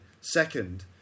Second